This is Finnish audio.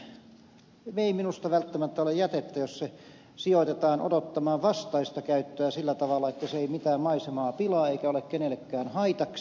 todellakaan kiviaines ei minusta välttämättä ole jätettä jos se sijoitetaan odottamaan vastaista käyttöä sillä tavalla että se ei mitään maisemaa pilaa eikä ole kenellekään haitaksi